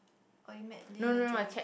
oh you met Lin and Joey